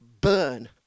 burn